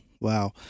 Wow